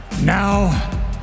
now